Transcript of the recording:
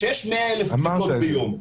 כשיש 100 אלף בדיקות ביום,